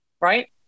Right